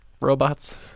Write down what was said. robots